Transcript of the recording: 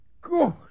Good